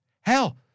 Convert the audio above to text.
Hell